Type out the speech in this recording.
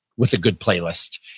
with a good playlist.